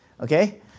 okay